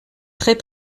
très